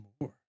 more